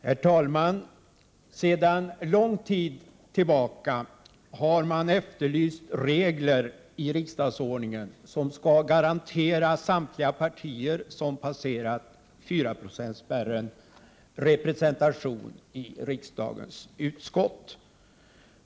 Herr talman! Sedan lång tid tillbaka har man efterlyst regler i riksdagsordningen som skall garantera samtliga partier som passerat fyraprocentsspärren representation i riksdagens utskott.